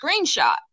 screenshot